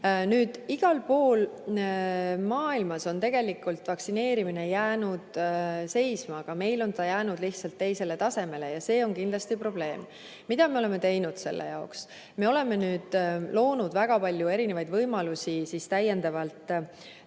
Igal pool maailmas on tegelikult vaktsineerimine jäänud seisma, aga meil on ta jäänud seisma lihtsalt teisel tasemel ja see on kindlasti probleem. Mida me oleme teinud? Me oleme loonud väga palju erinevaid võimalusi täiendavalt